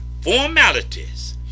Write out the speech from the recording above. formalities